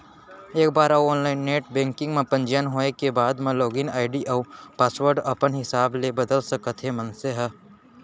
एक बार online net banking म पंजीयन होए के बाद म लागिन आईडी अउ पासवर्ड अपन हिसाब ले बदल सकत हे मनसे ह